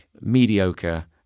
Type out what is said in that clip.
mediocre